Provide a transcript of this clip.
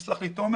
ותומר יסלח לי ,